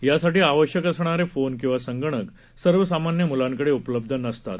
यासाठी आवश्यक असणारे फोन किंवा संगणक सर्वसामान्य मुलांकडे उपलब्ध नसतात